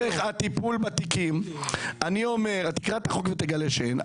משך הטיפול בתיקים, תקרא את החוק ותגלה שאין.